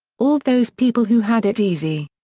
all those people who had it easy.